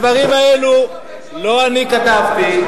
את הדברים האלו לא אני כתבתי.